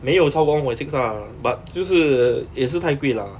没有超过 one point six lah but 就是也是太贵 lah